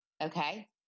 Okay